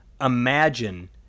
imagine